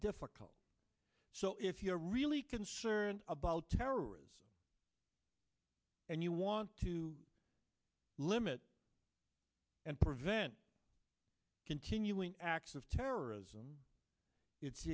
difficult so if you're really concerned about terrorists and you want to limit and prevent continuing acts of terrorism it's